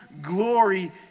glory